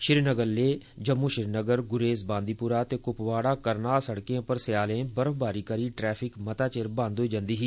श्रीनगर लेह जम्मू श्रीगनर गुरेज बांदीपुरा ते कुपवाड़ा करनाह सड़ें पर स्यालें बर्फबारी करी ट्रैफिक मता चिर बंद होइ जंदी ही